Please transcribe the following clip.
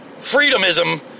Freedomism